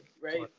right